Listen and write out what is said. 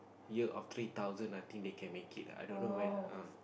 year of three thousand I think they can make it ah i don't know when